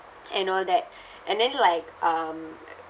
and all that and then like um